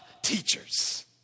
teachers